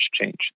change